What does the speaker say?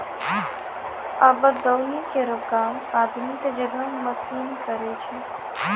आबे दौनी केरो काम आदमी क जगह मसीन करै छै